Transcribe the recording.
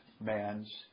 man's